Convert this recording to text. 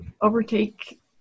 overtake